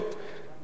לא פשוטות,